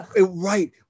right